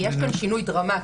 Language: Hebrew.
כי יש כאן שינוי דרמטי,